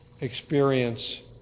experience